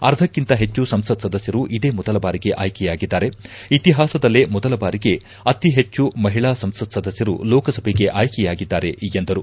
ಅರ್ಧಕ್ಕಿಂತ ಹೆಚ್ಚು ಸಂಸತ್ ಸದಸ್ನರು ಇದೇ ಮೊದಲ ಬಾರಿಗೆ ಆಯ್ಕೆಯಾಗಿದ್ದಾರೆ ಇತಿಹಾಸದಲ್ಲೇ ಮೊದಲ ಬಾರಿಗೆ ಅತಿ ಹೆಚ್ಚು ಮಹಿಳಾ ಸಂಸತ್ ಸದಸ್ನರು ಲೋಕಸಭೆಗೆ ಆಯ್ಕೆಯಾಗಿದ್ದಾರೆ ಎಂದರು